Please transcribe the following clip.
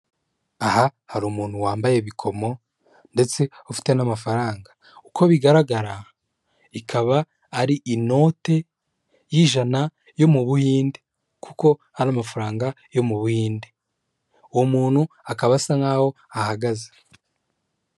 Aha hari umuntu wambaye ibikomo ndetse ufite n'amafaranga uko bigaragara ikaba ari inote y'ijana yo mu buhinde, kuko hari amafaranga yo mu buhinde. Uwo muntu akaba asa nk'aho ahagaze.